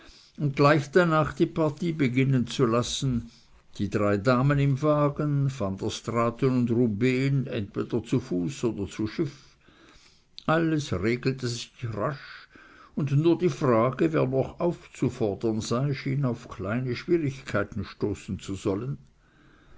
und gleich danach die partie beginnen zu lassen die drei damen im wagen van der straaten und rubehn entweder zu fuß oder zu schiff alles regelte sich rasch und nur die frage wer noch aufzufordern sei schien auf kleine schwierigkeiten stoßen zu sollen